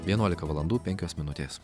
vienuolika valandų penkios minutės